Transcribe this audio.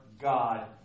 God